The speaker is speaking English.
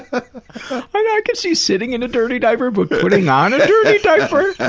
ah no, i could see you sitting in a dirty diaper, but putting on a dirty diaper?